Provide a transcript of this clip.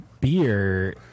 beer